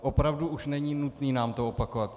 Opravdu už není nutné nám to opakovat.